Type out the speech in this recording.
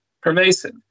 pervasive